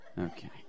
Okay